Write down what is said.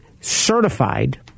certified